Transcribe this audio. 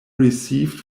received